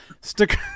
Stick